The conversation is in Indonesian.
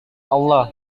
allah